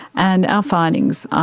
and our findings are,